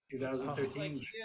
2013